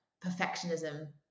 perfectionism